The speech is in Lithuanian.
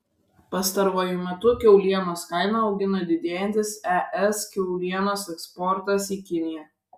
pastaruoju metu kiaulienos kainą augina didėjantis es kiaulienos eksportas į kiniją